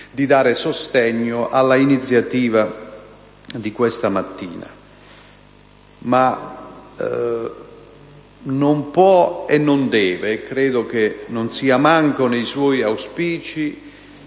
di dare sostegno all'iniziativa di questa mattina. Ma non può e non deve accadere - e credo che non sia neanche nei suoi auspici